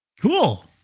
Cool